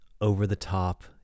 over-the-top